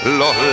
los